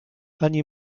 ani